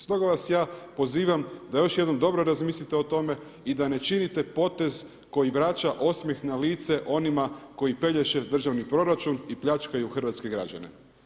Stoga vas ja pozivam da još jednom dobro razmislite o tome i da ne činite potez koji vraća osmijeh na lice onima koji pelješe državni proračun i pljačkaju hrvatske građane.